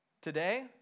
today